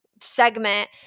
segment